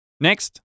Next